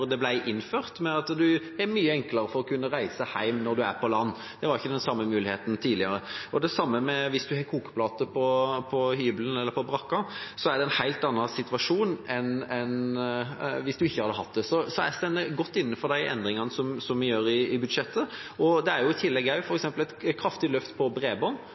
det ble innført, ved at det er mye enklere å kunne reise hjem når en er på land. Det var ikke den samme muligheten tidligere. Og hvis man har en kokeplate på hybelen eller på brakka, er det en helt annen situasjon enn hvis man ikke hadde hatt det. Så jeg står godt inne for de endringene vi gjør i budsjettet. I tillegg er det f.eks. et kraftig løft for bredbånd,